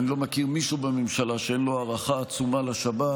אני לא מכיר מישהו בממשלה שאין לו הערכה עצומה לשב"כ,